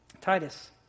Titus